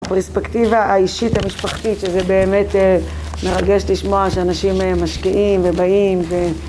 הפרספקטיבה האישית המשפחתית שזה באמת מרגש לשמוע שאנשים משקיעים ובאים ו..